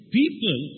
people